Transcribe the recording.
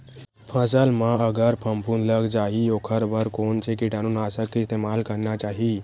फसल म अगर फफूंद लग जा ही ओखर बर कोन से कीटानु नाशक के इस्तेमाल करना चाहि?